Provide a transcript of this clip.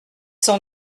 sont